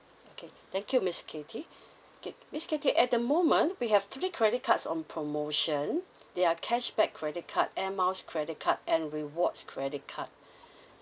okay thank you miss cathy okay miss cathy at the moment we have three credit cards on promotion there are cashback credit card air miles credit card and rewards credit card